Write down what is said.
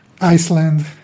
Iceland